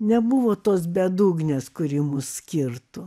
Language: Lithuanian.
nebuvo tos bedugnės kuri mus skirtų